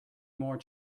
more